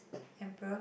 emperor